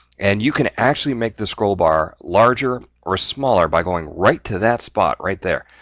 and you can actually make the scroll bar larger or smaller by going right to that spot, right there.